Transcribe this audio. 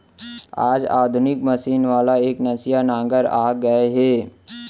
आज आधुनिक मसीन वाला एकनसिया नांगर आ गए हे